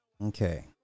Okay